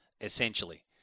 essentially